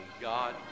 God